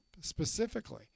specifically